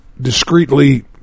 discreetly